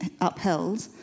upheld